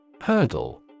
Hurdle